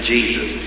Jesus